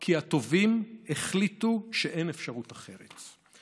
כי הטובים החליטו שאין אפשרות אחרת.